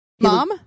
Mom